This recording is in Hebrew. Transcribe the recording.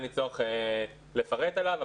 אין לי צורך לפרט עליו.